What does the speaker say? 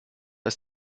ist